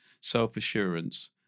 self-assurance